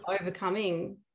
overcoming